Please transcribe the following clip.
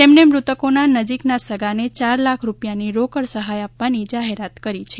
તેમણે મૃતકોના નજીકના સગાને ચાર લાખ રૂપિયાની રોકડ સહાય આપવાની જાહેરાત કરી છે